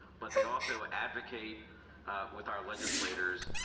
but they also advocate with our legislators